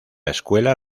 escuela